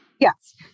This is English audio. Yes